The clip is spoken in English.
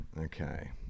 Okay